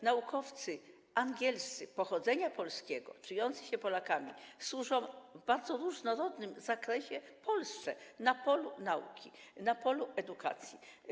Naukowcy angielscy polskiego pochodzenia, czujący się Polakami służą w bardzo różnorodnym zakresie Polsce na polu nauki, na polu edukacji.